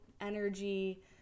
energy